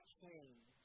change